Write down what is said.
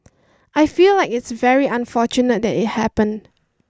I feel like it's very unfortunate that it happened